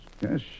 Yes